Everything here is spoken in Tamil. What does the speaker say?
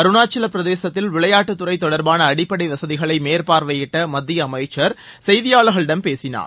அருணாச்சல பிரதேசத்தில் விளையாட்டுத்துறை தொடர்பான அடிப்பளட வசதிகளை மேற்பாள்வையிட்ட மத்திய அமைச்சர் செய்தியாளர்களிடம் பேசினார்